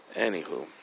anywho